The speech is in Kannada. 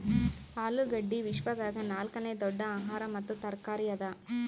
ಆಲೂಗಡ್ಡಿ ವಿಶ್ವದಾಗ್ ನಾಲ್ಕನೇ ದೊಡ್ಡ ಆಹಾರ ಮತ್ತ ತರಕಾರಿ ಅದಾ